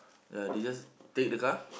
ya they just take the car